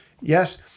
yes